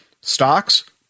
stocks